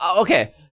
okay